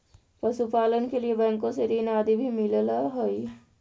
पशुपालन के लिए बैंकों से ऋण आदि भी मिलअ हई